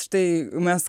štai mes